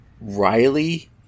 Riley